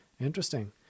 Interesting